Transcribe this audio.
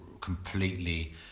completely